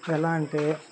ఎలా అంటే